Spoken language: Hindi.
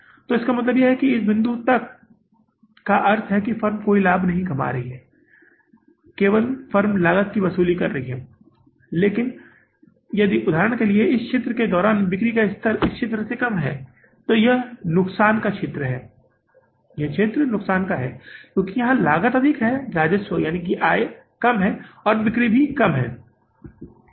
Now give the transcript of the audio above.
तो इसका मतलब है इस बिंदु तक का अर्थ है कि फर्म कोई लाभ नहीं कमा रही है केवल फर्म लागत की वसूली कर रही है लेकिन यदि उदाहरण के लिए यदि इस क्षेत्र के दौरान बिक्री का स्तर इस क्षेत्र से कम है तो यह क्षेत्र नुकसान का क्षेत्र है क्योंकि यहां लागत अधिक है राजस्व कम है बिक्री कम है